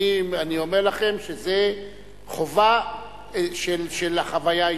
אני אומר לכם שזו חובה של החוויה הישראלית.